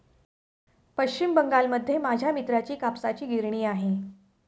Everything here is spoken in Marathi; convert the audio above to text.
पश्चिम बंगालमध्ये माझ्या मित्राची कापसाची गिरणी आहे